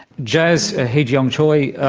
jaz ah hee-jeong choi,